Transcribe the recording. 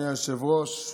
היושב-ראש.